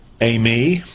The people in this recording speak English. amy